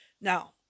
Now